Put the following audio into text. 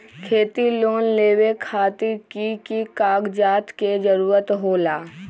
खेती लोन लेबे खातिर की की कागजात के जरूरत होला?